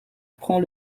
prend